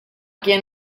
quien